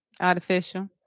Artificial